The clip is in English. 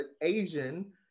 Asian